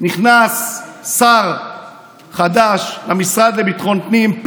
נכנס שר חדש למשרד לביטחון הפנים,